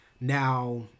Now